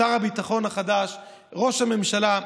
שר הביטחון החדש וראש הממשלה,